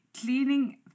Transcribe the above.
Cleaning